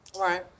Right